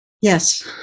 Yes